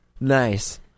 nice